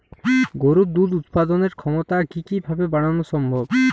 গরুর দুধ উৎপাদনের ক্ষমতা কি কি ভাবে বাড়ানো সম্ভব?